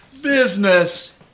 Business